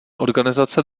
organizace